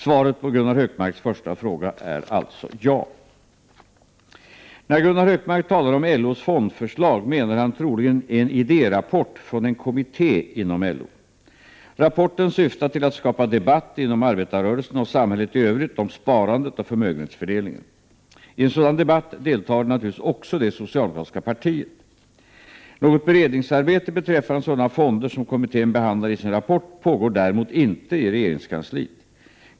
Svaret på Gunnar Hökmarks första fråga är alltså ja. När Gunnar Hökmark talar om LO:s fondförslag menar han troligen en idérapport från en kommitté inom LO. Rapporten syftar till att skapa debatt inom arbetarrörelsen och samhället i övrigt om sparandet och förmögenhetsfördelningen. I en sådan debatt deltar naturligtvis också det socialdemokratiska partiet. Något beredningsarbete beträffande sådana fonder som kommittén behandlar i sin rapport pågår däremot inte i regeringskansliet.